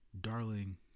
darling